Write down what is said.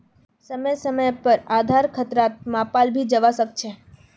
समय समय पर आधार खतराक मापाल भी जवा सक छे